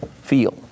feel